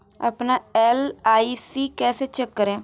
अपना एल.आई.सी कैसे चेक करें?